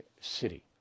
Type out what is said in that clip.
City